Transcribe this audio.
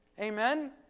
Amen